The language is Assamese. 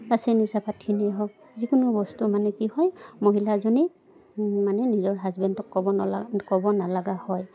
বা চেনি চাহপাতখিনিয়েই হওক যিকোনো বস্তু মানে কি হয় মহিলাজনীক মানে নিজৰ হাজবেণ্ডটক ক'ব নলা ক'ব নলগা হয়